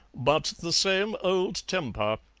but the same old temper